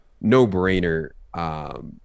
no-brainer